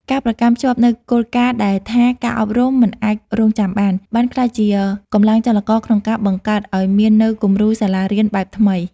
ការប្រកាន់ខ្ជាប់នូវគោលការណ៍ដែលថា «ការអប់រំមិនអាចរង់ចាំបាន» បានក្លាយជាកម្លាំងចលករក្នុងការបង្កើតឱ្យមាននូវគំរូសាលារៀនបែបថ្មី។